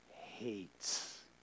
hates